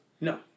No